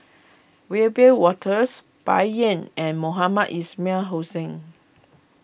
Wiebe Wolters Bai Yan and Mohamed Ismail Hussain